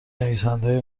نویسندههای